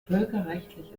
völkerrechtlich